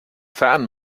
fan